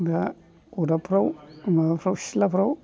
दा अरदाबफ्राव सिथ्लाफ्राव